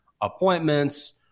appointments